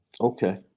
Okay